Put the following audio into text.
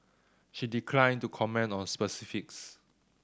she declined to comment on specifics